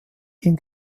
ihm